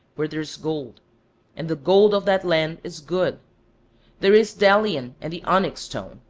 where there is gold and the gold of that land is good there is bdellium and the onyx stone.